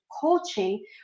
Coaching